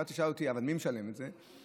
עכשיו תשאל אותי: אבל מי משלם את זה?